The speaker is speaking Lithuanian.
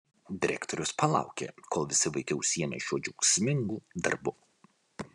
direktorius palaukė kol visi vaikai užsiėmė šiuo džiaugsmingu darbu